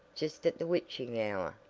just at the witching hour,